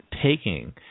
taking